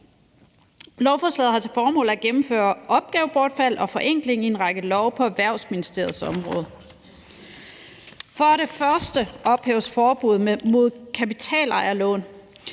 Lovforslaget har til formål at gennemføre opgavebortfald og forenkling i en række love på Erhvervsministeriets område. For det første ophæves forbuddet mod kapitalejerlån.